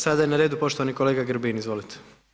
Sad je na redu, poštovani kolega Grbin, izvolite.